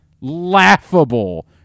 Laughable